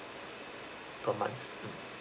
per month um